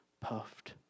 puffed